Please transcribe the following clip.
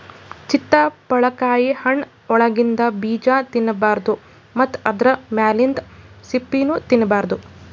ಚಿತ್ತಪಳಕಾಯಿ ಹಣ್ಣ್ ಒಳಗಿಂದ ಬೀಜಾ ತಿನ್ನಬಾರ್ದು ಮತ್ತ್ ಆದ್ರ ಮ್ಯಾಲಿಂದ್ ಸಿಪ್ಪಿನೂ ತಿನ್ನಬಾರ್ದು